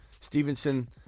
Stevenson